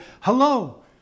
hello